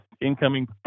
incoming